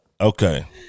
Okay